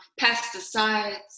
pesticides